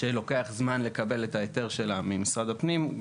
שלוקח זמן לקבל היתר עבורה ממשרד הפנים,